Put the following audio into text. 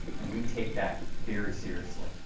and we take that very seriously.